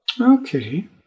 Okay